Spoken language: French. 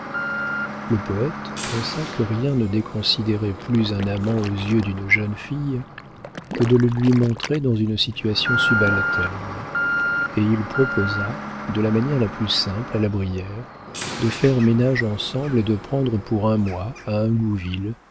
le poëte pensa que rien ne déconsidérait plus un amant aux yeux d'une jeune fille que de le lui montrer dans une situation subalterne et il proposa de la manière la plus simple à la brière de faire ménage ensemble et de prendre pour un mois à